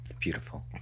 Beautiful